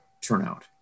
turnout